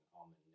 almond